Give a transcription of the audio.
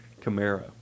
Camaro